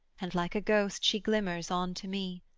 and like a ghost she glimmers on to me.